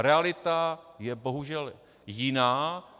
Realita je bohužel jiná.